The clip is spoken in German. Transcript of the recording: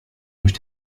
durch